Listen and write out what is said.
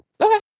Okay